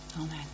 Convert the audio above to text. Amen